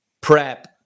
prep